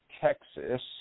Texas